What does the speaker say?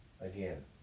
Again